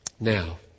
Now